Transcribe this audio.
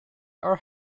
are